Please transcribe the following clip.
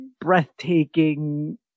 breathtaking